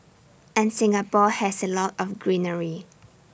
and Singapore has A lot of greenery